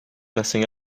messing